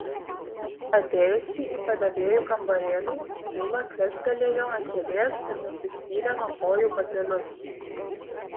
atėjusi į padavėjų kambarėlį ūla klestelėjo ant kėdės ir nusispyrė nuo kojų batelius